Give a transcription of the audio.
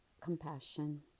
compassion